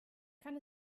kann